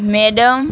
madam